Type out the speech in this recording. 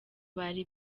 bari